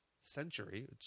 century